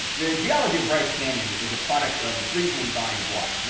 the geology of bryce canyon is a product of the freezing and thawing of water.